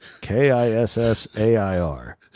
k-i-s-s-a-i-r